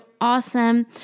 awesome